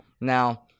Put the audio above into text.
Now